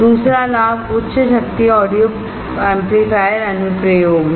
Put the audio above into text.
दूसरा लाभ उच्च शक्ति ऑडियो एम्पलीफायर अनुप्रयोग है